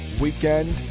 weekend